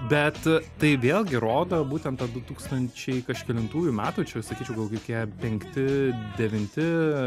bet tai vėlgi rodo būtent tą du tūkstančiai kažkelintų metų čia sakyčiau gal kokie penkti devinti